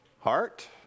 Heart